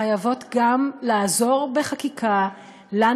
חייבות גם לעזור בחקיקה לנו,